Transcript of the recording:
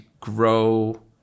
grow